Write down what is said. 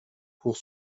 pour